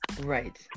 Right